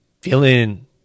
feeling